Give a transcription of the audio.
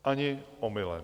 Ani omylem!